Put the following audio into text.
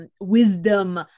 wisdom